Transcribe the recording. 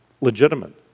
legitimate